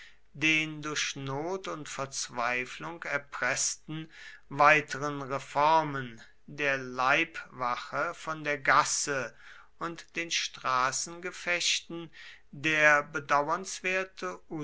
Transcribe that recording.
den durch not und verzweiflung erpreßten weiteren reformen der leibwache von der gasse und den straßengefechten der bedauernswerte